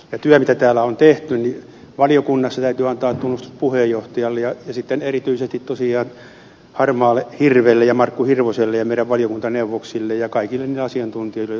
siitä työstä mitä valiokunnassa on tehty täytyy antaa tunnustus puheenjohtajalle ja myös erityisesti harmaalle hirvelle ja markku hirvoselle ja meidän valiokuntaneuvoksille ja kaikille niille asiantuntijoille joita on kuultu